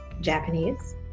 Japanese